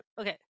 okay